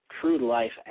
true-life